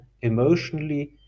emotionally